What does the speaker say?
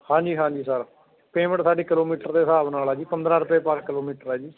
ਹਾਂਜੀ ਹਾਂਜੀ sir payment ਸਾਡੀ ਕਿਲੋਮੀਟਰ ਦੇ ਹਿਸਾਬ ਨਾਲ ਆ ਜੀ ਪੰਦਰਾਂ ਰੁਪਏ ਪਰ ਕਿਲੋਮੀਟਰ ਹੈ ਜੀ